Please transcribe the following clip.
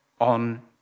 on